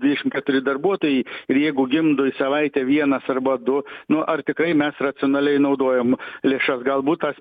dvidešim keturi darbuotojai ir jeigu gimdo į savaitę vienas arba du nu ar tikrai mes racionaliai naudojam lėšas galbūt tas